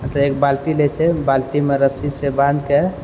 मतलब एक बाल्टी लै छै बाल्टीमे रस्सीसँ बान्हिके